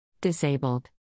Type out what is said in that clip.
Disabled